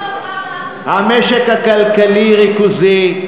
המשק הכלכלי ריכוזי.